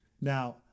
Now